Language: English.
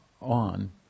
on